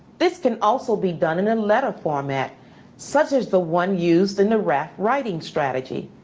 this can also be done in a letter format such as the one used in the raft writing strategy.